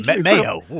Mayo